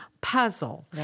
puzzle